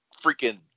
freaking